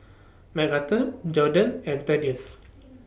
Macarthur Jordon and Thaddeus